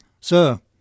Sir